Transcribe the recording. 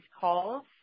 calls